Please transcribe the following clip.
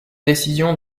décision